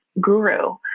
guru